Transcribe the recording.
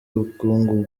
ubukungu